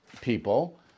people